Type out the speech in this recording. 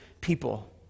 people